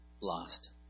Lost